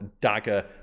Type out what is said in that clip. dagger